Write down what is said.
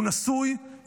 הוא נשוי,